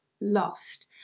lost